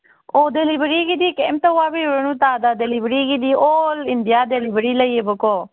ꯑꯣ ꯗꯦꯂꯤꯕꯔꯤꯒꯤꯗꯤ ꯀꯩꯝꯇ ꯋꯥꯕꯤꯔꯨꯔꯅꯨ ꯇꯥꯗ ꯗꯦꯂꯤꯕꯔꯤꯒꯤꯗꯤ ꯑꯣꯜ ꯏꯟꯗꯤꯌꯥ ꯗꯦꯂꯤꯕꯔꯤ ꯂꯩꯌꯦꯕꯀꯣ